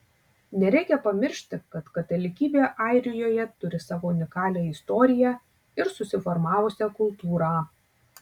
nereikia pamiršti kad katalikybė airijoje turi savo unikalią istoriją ir susiformavusią kultūrą